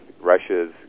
Russia's